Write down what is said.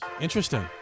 Interesting